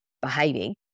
behaving